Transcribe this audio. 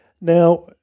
Now